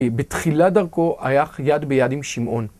בתחילת דרכו היה אחי יד ביד עם שמעון.